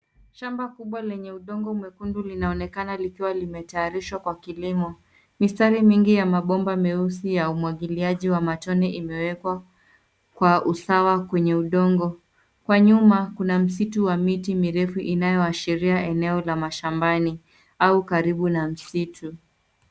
Shamba kubwa lenye udongo mwekundu linaonekana likiwa limetayarishwa kwa kilimo. Mistari mingi ya mabomba meusi ya umwagiliaji wa matone imewekwa kwa usawa kwenye udongo. Kwa nyuma kuna msitu wa miti mirefu inayoashiria eneo la mashamabani au karibu na msitu.